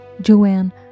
Joanne